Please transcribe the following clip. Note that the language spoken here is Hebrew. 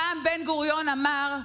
פעם בן-גוריון אמר: